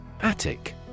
Attic